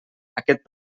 aquest